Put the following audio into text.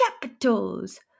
capitals